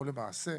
או למעשה,